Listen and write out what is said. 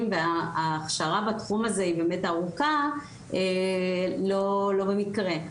וההכשרה בתחום הזה היא באמת ארוכה לא במקרה.